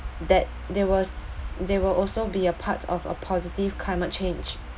that they was they will also be a part of a positive climate change